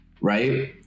right